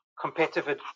competitive